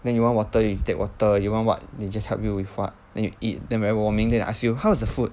then you want water you take water you want what they just help you with what then you eat then very warming than ask you how's the food